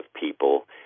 people